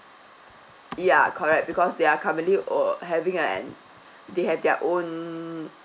ya correct because they are currently uh having an they have their own